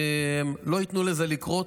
לא ניתן לזה לקרות.